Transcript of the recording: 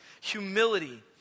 humility